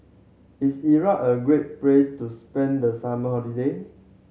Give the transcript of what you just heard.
is Iran a great place to spend the summer holiday